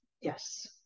Yes